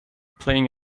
playing